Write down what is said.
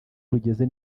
bugeze